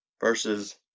versus